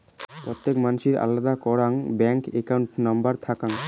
প্রত্যেক মানসির আলাদা করাং ব্যাঙ্ক একাউন্ট নম্বর থাকাং